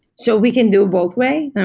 so we can do both way. i mean,